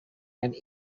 and